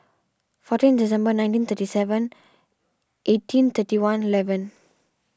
fourteen December nineteen thirty seven eighteen thirty one evlen